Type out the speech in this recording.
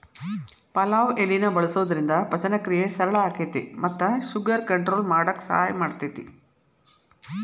ಪಲಾವ್ ಎಲಿನ ಬಳಸೋದ್ರಿಂದ ಪಚನಕ್ರಿಯೆ ಸರಳ ಆಕ್ಕೆತಿ ಮತ್ತ ಶುಗರ್ ಕಂಟ್ರೋಲ್ ಮಾಡಕ್ ಸಹಾಯ ಮಾಡ್ತೆತಿ